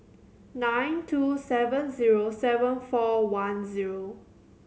nine two seven zero seven four one zero